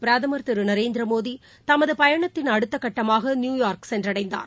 பிரதமர் திருநரேந்திரமோடிதமதுபயணத்தின் அடுத்தக்கட்டமாகநியூயார்க் சென்றடைந்தார்